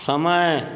समय